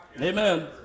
Amen